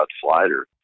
slider